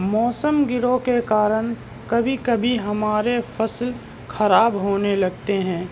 موسم گرو کے کارن کبھی کبھی ہمارے فصل خراب ہونے لگتے ہیں